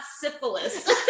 Syphilis